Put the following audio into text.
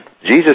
Jesus